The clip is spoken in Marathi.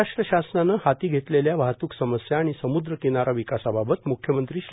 महाराष्ट्र शासनाने हाती घेतलेल्या वाहतूक समस्या आणि समुद्र किनारा विकासाबाबत मुख्यमंत्री श्री